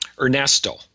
Ernesto